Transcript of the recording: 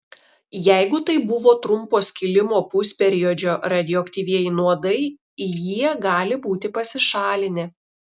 jeigu tai buvo trumpo skilimo pusperiodžio radioaktyvieji nuodai jie gali būti pasišalinę